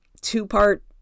two-part